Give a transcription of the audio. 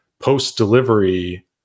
post-delivery